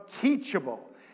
teachable